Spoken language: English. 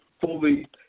fully